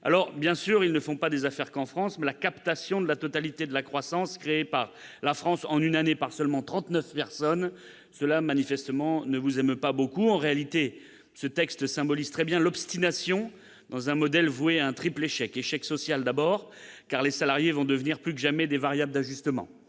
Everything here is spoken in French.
ces milliardaires ne font pas des affaires qu'en France, mais la captation de la totalité de la croissance créée par la France en une année par seulement trente-neuf personnes ne vous émeut manifestement pas beaucoup ! En réalité, ce texte symbolise très bien l'obstination dans un modèle voué à un triple échec. Échec social, d'abord, car les salariés vont devenir plus que jamais, pour les entreprises,